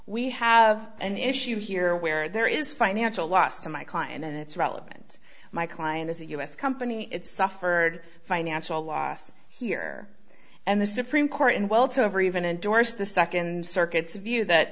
we have an issue here where there is financial loss to my client and it's relevant my client is a us company it's suffered financial loss here and the supreme court in well to over even endorse the second circuit's view that